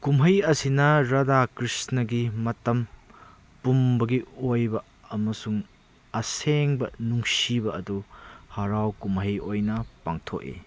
ꯀꯨꯝꯍꯩ ꯑꯁꯤꯅ ꯔꯙꯥ ꯀ꯭ꯔꯤꯁꯅꯒꯤ ꯃꯇꯝ ꯄꯨꯝꯕꯒꯤ ꯑꯣꯏꯕ ꯑꯃꯁꯨꯡ ꯑꯁꯦꯡꯕ ꯅꯨꯡꯁꯤꯕ ꯑꯗꯨ ꯍꯔꯥꯎ ꯀꯨꯝꯍꯩ ꯑꯣꯏꯅ ꯄꯥꯡꯊꯣꯛꯏ